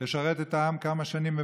לשרת את העם כמה שנים.